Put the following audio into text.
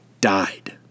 died